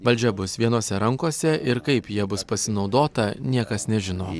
valdžia bus vienose rankose ir kaip ja bus pasinaudota niekas nežino